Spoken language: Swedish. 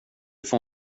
får